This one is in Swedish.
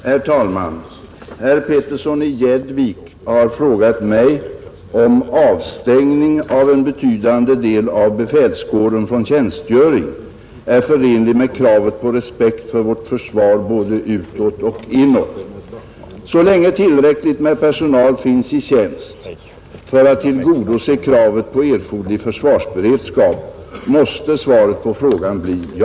Herr talman! Herr Petersson i Gäddvik har frågat mig om avstängning av en betydande del av befälskåren från tjänstgöring är förenlig med kravet på respekt för vårt försvar både utåt och inåt. Så länge tillräckligt med personal finns i tjänst för att tillgodose kravet på erforderlig försvarsberedskap, måste svaret på frågan bli ja.